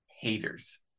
haters